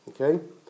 okay